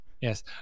yes